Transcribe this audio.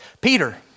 Peter